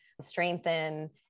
strengthen